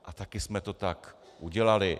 A taky jsme to tak udělali.